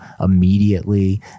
immediately